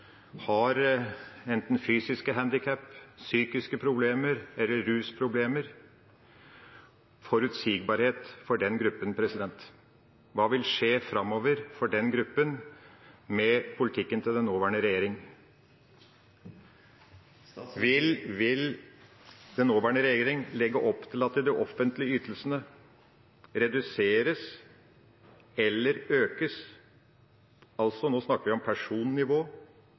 har enten fysiske handikap, psykiske problemer eller rusproblemer, og forutsigbarhet for den gruppen. Hva vil skje framover for den gruppen med politikken til den nåværende regjeringa? Vil den nåværende regjeringa legge opp til at de offentlige ytelsene reduseres eller økes – og nå snakker vi om personnivå